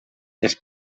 els